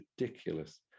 ridiculous